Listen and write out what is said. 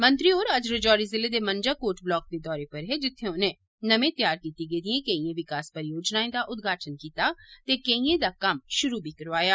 मंत्री होर अज्ज राजौरी जिले दे मंजाकोट ब्लाक दे दौरे पर हे जित्थें उनें नमिएं तैआर कीती गेदिएं केइएं विकास परियोजनाएं दा उद्घाटन कीता ते केइएं पर कम्म शुरू बी कराया